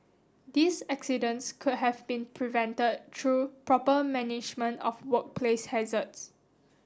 these accidents could have been prevented through proper management of workplace hazards